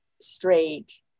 straight